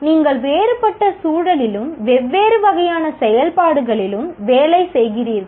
நீங்கள் வேறுபட்ட சூழலிலும் வெவ்வேறு வகையான செயல்பாடுகளிலும் வேலை செய்கிறீர்கள்